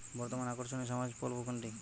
বর্তমানে আকর্ষনিয় সামাজিক প্রকল্প কোনটি?